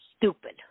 stupid